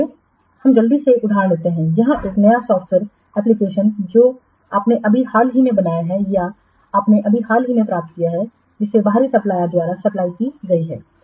आइए हम जल्दी से एक और उदाहरण लेते हैं जहां एक नया सॉफ़्टवेयर एप्लिकेशन जो आपने अभी हाल ही में बनाया है या आपने अभी हाल ही में प्राप्त किया है जिसे बाहरी सप्लायरद्वारा सप्लाई की गई थी